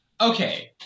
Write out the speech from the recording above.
Okay